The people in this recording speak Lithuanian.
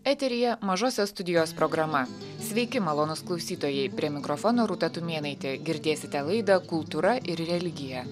eteryje mažosios studijos programa sveiki malonūs klausytojai prie mikrofono rūta tumėnaitė girdėsite laidą kultūra ir religija